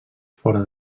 fora